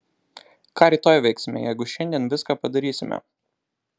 ką rytoj veiksime jeigu šiandien viską padarysime